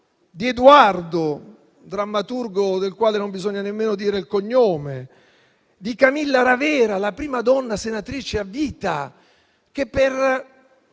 di Eduardo, drammaturgo del quale non bisogna nemmeno dire il cognome; di Camilla Ravera, la prima donna senatrice a vita che per